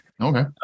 Okay